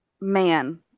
man